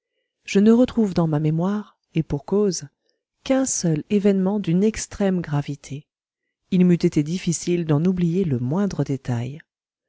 je ne retrouve dans ma mémoire et pour cause qu'un seul événement d'une extrême gravité il m'eût été difficile d'en oublier le moindre détail